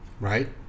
right